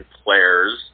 players